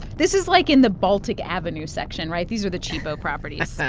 this is like in the baltic avenue section, right? these are the cheapo properties. so